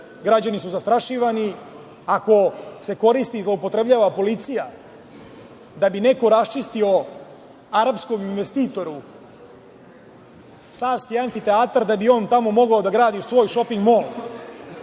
građani su zastrašivani. Ako se koristi i zloupotrebljava policija da bi neko raščistio arapskom investitoru Savski amfiteatar da bi on tamo mogao da gradi svoj šoping mol